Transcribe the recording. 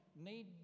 need